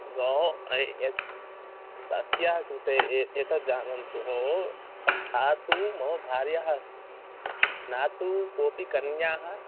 भोः ऐ यद् तस्याः कृते ए एतद् जानन्तु भोः सा तु मम भार्या अस्ति न तु कापि कन्या